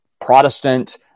Protestant